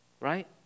right